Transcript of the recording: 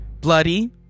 Bloody